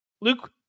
Luke